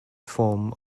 form